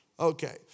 Okay